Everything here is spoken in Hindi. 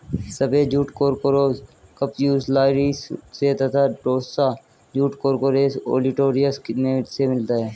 सफ़ेद जूट कोर्कोरस कप्स्युलारिस से तथा टोस्सा जूट कोर्कोरस ओलिटोरियस से मिलता है